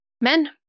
men